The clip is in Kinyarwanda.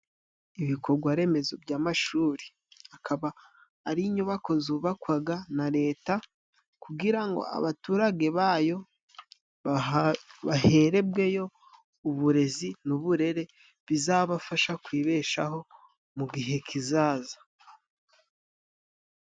Ibikorwaremezo by'amashuri akaba ari inyubako zubakwaga na Leta kugira ngo abaturage bayo, baherebweyo uburezi n'uburere bizabafasha kwibeshaho mu gihe kizaza.